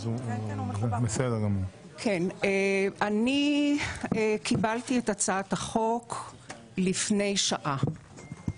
אני קיבלתי את הצעת החוק לפני שעה.